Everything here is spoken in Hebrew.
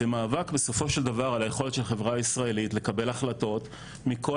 זה מאבק בסופו של דבר על היכולת של החברה הישראלית לקבל החלטות מכל